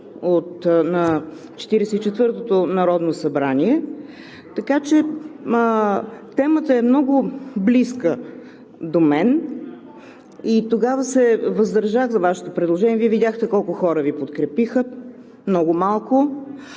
четвъртото народно събрание, така че темата е много близка до мен. Тогава се въздържах за Вашето предложение. Вие видяхте колко хора Ви подкрепиха – много малко.